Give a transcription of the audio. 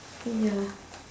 ya